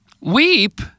Weep